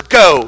go